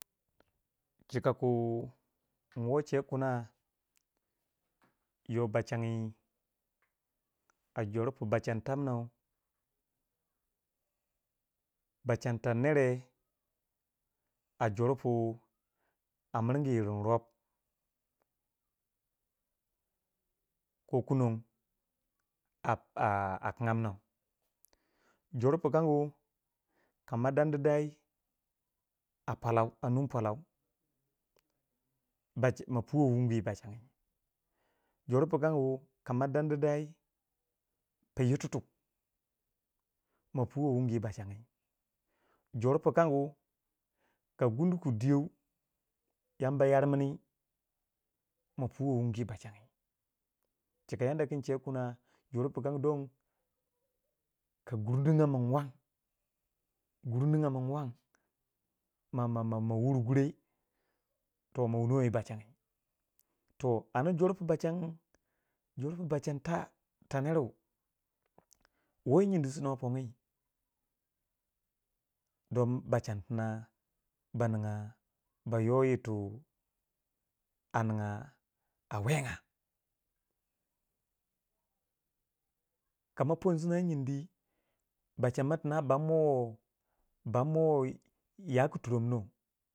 chika ku nwo chegu kuna yoh bachangyi a jor pu bachangyi tamnau bashan tar nere a jor pu a miringyi yirani rob ko kunon a a kinga minau jor pu kangu ka ma dandi dai a pwalau a nun pwalau ma puwe wungu yi bachengyi jor pu kangyu kama dandidai pu yututu gunu ma puwi wungu yi bachangyi. jor pu kangu ka gunu ku diyo yamba yarmini mo puwi wungu yi bachangyi chika yandaku yin chegu kina jor pukan don ka gur ninga mun wang, g ur ninga mun wang ma ma ma mawur gure toh mo wunuwai yi bachangyi toh an pu bachangyi ta ta neru wo yi nyindi su nuwa pongyi don bachantina ba ningya ba yo yirtu anigya a wegya kama pon sina nyindi bashan ma tina bamowe bamowe ya ku turo min wou.